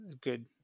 good